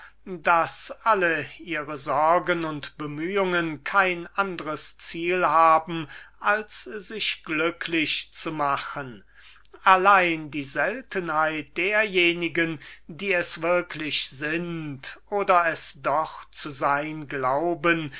daß alle ihre sorgen und bemühungen kein andres ziel haben als sich glücklich zu machen allein die seltenheit dererjenigen die es würklich sind oder es doch zu sein glauben